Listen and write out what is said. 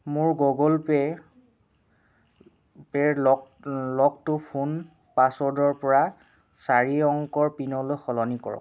মোৰ গুগল পে'ৰ পে'ৰ লক লকটো ফোন পাছৱৰ্ডৰ পৰা চাৰি অংকৰ পিনলৈ সলনি কৰক